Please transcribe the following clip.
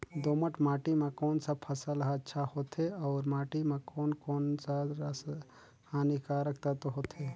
दोमट माटी मां कोन सा फसल ह अच्छा होथे अउर माटी म कोन कोन स हानिकारक तत्व होथे?